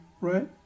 right